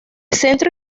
centro